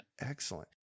Excellent